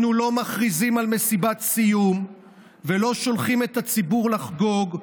אנחנו לא מכריזים על מסיבת סיום ולא שולחים את הציבור לחגוג,